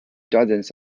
dozens